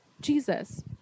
Jesus